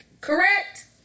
correct